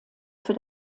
für